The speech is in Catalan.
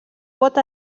pot